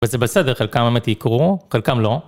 אבל זה בסדר, חלקם באמת יקרו, חלקם לא.